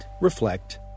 reflect